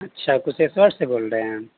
اچھا کسیشور سے بول رہے ہیں